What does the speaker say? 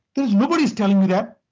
there is nobody's telling me that.